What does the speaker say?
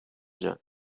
جان